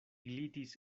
glitis